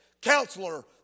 Counselor